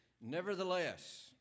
Nevertheless